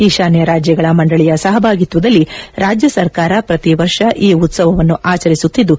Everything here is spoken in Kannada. ಈಶಾನ್ತ ರಾಜ್ಗಳ ಮಂಡಳಿಯ ಸಹಭಾಗಿತ್ತದಲ್ಲಿ ರಾಜ್ಯ ಸರ್ಕಾರ ಪ್ರತಿವರ್ಷ ಈ ಉತ್ತವವನ್ನು ಆಚರಿಸುತ್ತಿದ್ದು